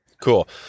Cool